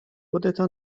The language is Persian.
خودتو